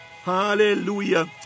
Hallelujah